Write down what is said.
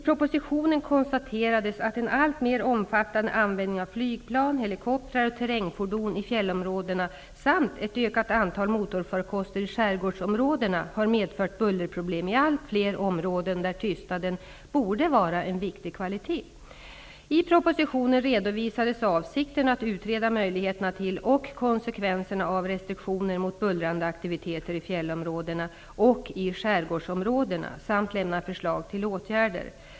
propositionen konstaterades att en alltmer omfattande användning av flygplan, helikoptrar och terrängfordon i fjällområdena samt ett ökat antal motorfarkoster i skärgårdsområdena har medfört bullerproblem i allt fler områden där tystnaden borde vara en viktig kvalitet. I propositionen redovisades avsikten att utreda möjligheterna till och konsekvenserna av restriktioner mot bullrande aktiviteter i fjällområdena och i skärgårdsområdena samt lämna förslag till åtgärder.